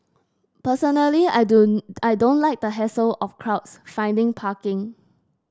personally I don't I don't like the hassle of crowds finding parking